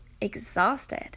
exhausted